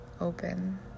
open